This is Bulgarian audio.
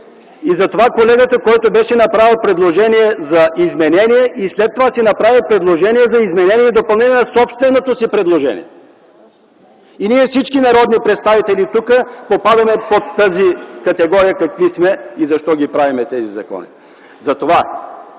Затова колегата, който беше направил предложение за изменение, след това направи предложение за изменение и допълнение на собственото си предложение. Ние, всички народни представители тук, попадаме под тази категория какви сме и защо ги правим тези закони.